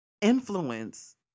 influence